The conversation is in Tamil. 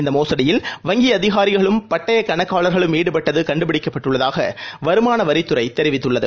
இந்தமோசுடியில் வங்கிஅதிகாரிகளும் பட்டயகணக்காளர்களும் ஈடுபட்டதுகண்டுபிடிக்கப்பட்டுள்ளதாகவருமானவரித்துறைத் தெரிவித்துள்ளது